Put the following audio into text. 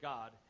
God